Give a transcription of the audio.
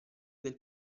del